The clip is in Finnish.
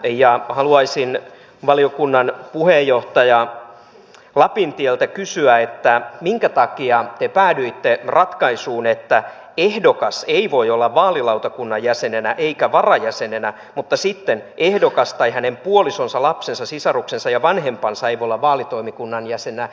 ja haluaisin valiokunnan puheenjohtaja lapintieltä kysyä minkä takia tee päädyitte ratkaisuun että ehdokas ei voi olla vaalilautakunnan jäsenenä eikä varajäsenenä mutta sitten ehdokas tai hänen puolisonsa lapsensa sisaruksensa ja vanhempansa ei voi olla vaalitoimikunnan jäsenenä